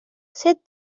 said